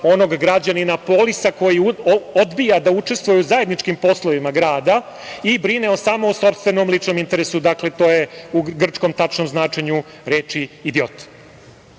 onog građanina polisa koji odbija da učestvuje u zajedničkim poslovima grada i brine samo o sopstvenom ličnom interesu. Dakle, to je u grčkom tačnom značenje reči